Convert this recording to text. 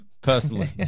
personally